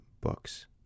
books